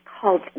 called